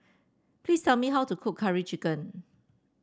please tell me how to cook Curry Chicken